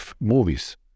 movies